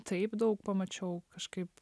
taip daug pamačiau kažkaip